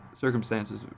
circumstances